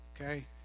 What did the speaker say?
okay